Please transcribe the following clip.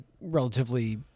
relatively